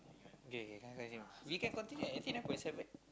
k k come continue you can continue eighty nine point seven